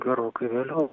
gerokai vėliau